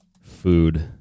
food